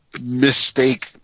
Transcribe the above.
mistake